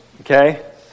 Okay